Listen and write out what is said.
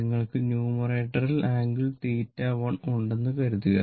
നിങ്ങൾക്ക് ന്യൂമറേറ്റർ ൽ ആംഗിൾ 1 ഉണ്ടെന്ന് കരുതുക